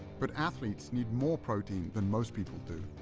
but athletes need more protein than most people do.